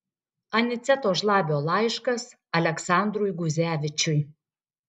aniceto žlabio laiškas aleksandrui guzevičiui